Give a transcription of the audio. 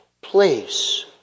place